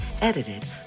edited